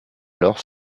alors